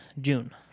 June